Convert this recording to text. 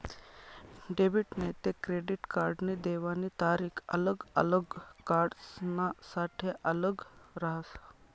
debit नैते credit कार्डनी देवानी तारीख आल्लग आल्लग कार्डसनासाठे आल्लग रहास